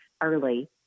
early